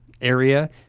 area